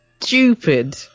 stupid